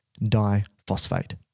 diphosphate